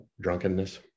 drunkenness